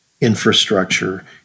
infrastructure